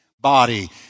body